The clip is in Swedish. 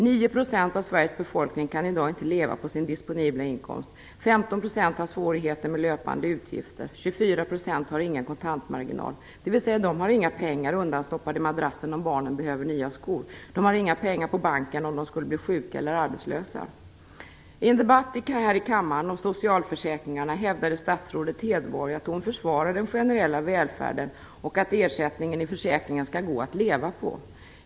9 % av Sveriges befolkning kan i dag inte leva på sin disponibla inkomst. 15 % har svårigheter med löpande utgifter. 24 % har ingen kontantmarginal, dvs. de har inga pengar undanstoppade i madrassen om barnen behöver nya skor. De har inga pengar på banken om de skulle bli sjuka eller arbetslösa. I en debatt här i kammaren om socialförsäkringarna hävdade statsrådet Hedborg att hon försvarade den generella välfärden och att ersättningen i försäkringen skall gå att leva på.